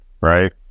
right